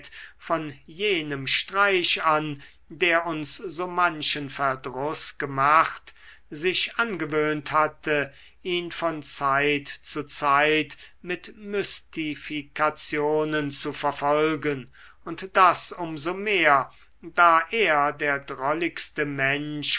von jenem streich an der uns so manchen verdruß gemacht sich angewöhnt hatte ihn von zeit zu zeit mit mystifikationen zu verfolgen und das um so mehr da er der drolligste mensch